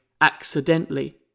accidentally